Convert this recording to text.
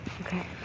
Okay